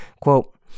Quote